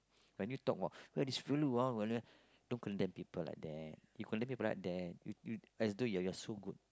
when you talk about yeah this fella ah don't condemn people like that you condemn people like that you you as though you're so good